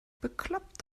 bekloppt